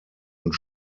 und